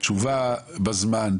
תשובה בזמן,